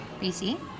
BC